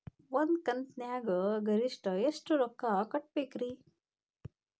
ಒಂದ್ ಕಂತಿನ್ಯಾಗ ಗರಿಷ್ಠ ಎಷ್ಟ ರೊಕ್ಕ ಕಟ್ಟಬೇಕ್ರಿ?